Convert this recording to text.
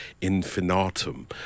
infinitum